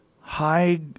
high